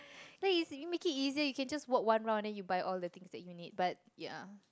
then easy you make it easier you can just walk one round and then you buy all the things that you need but ya